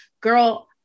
girl